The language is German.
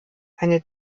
eine